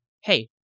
hey